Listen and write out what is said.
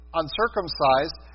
uncircumcised